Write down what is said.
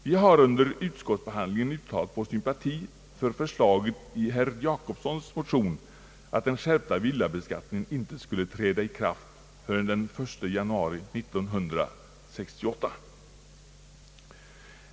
Vi har under utskottsbehandlingen uttalat vår sympati för förslaget i herr Jacobssons motion, att den skärpta villabeskattningen inte skulle träda i kraft förrän den 1 januari 1968.